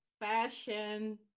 fashion